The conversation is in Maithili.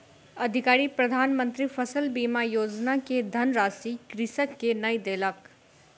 अधिकारी प्रधान मंत्री फसल बीमा योजना के धनराशि कृषक के नै देलक